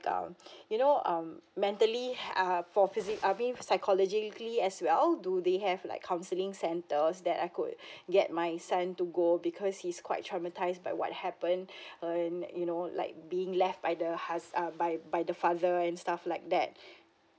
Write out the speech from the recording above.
um you know um mentally err for physic err being psychologically as well do they have like counselling centers that I could get my son to go because he's quite traumatised by what happened and you know like being left by the hus~ err by by the father and stuff like that